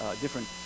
different